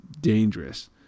dangerous